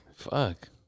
Fuck